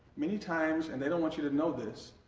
many times and they don't want you to know this,